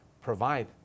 provide